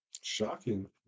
Shocking